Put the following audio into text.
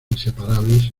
inseparables